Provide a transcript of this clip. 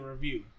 review